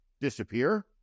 disappear